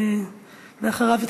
ואחריו,